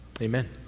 Amen